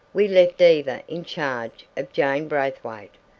we left eva in charge of jane braithwaite,